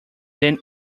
then